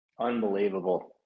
Unbelievable